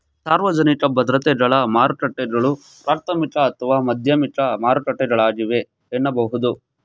ಸಾರ್ವಜನಿಕ ಭದ್ರತೆಗಳ ಮಾರುಕಟ್ಟೆಗಳು ಪ್ರಾಥಮಿಕ ಅಥವಾ ಮಾಧ್ಯಮಿಕ ಮಾರುಕಟ್ಟೆಗಳಾಗಿವೆ ಎನ್ನಬಹುದು